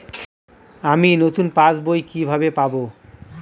আমি নতুন পাস বই কিভাবে পাব?